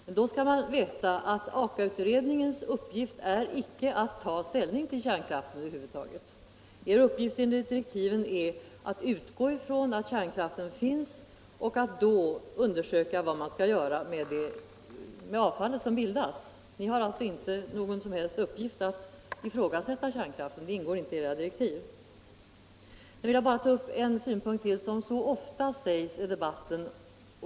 Man bör då veta att AKA-utredningens uppgift icke är att ta ställning till kärnkraften över huvud taget, utan att dess uppgift enligt direktiven är att utgå från att kärnkraften finns och att då undersöka vad som skall göras med det avfall som bildas. Ni har alltså inte i uppgift att ifrågasätta kärnkraften, eftersom detta inte ingår i era direktiv. Så vill jag ta upp en synpunkt till, som ofta kommer fram i debatten.